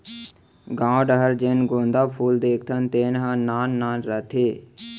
गॉंव डहर जेन गोंदा फूल देखथन तेन ह नान नान रथे